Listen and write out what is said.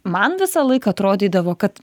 man visąlaik atrodydavo kad